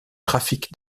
trafic